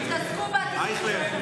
תתעסקו בעצמכם.